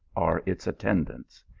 are its attendants.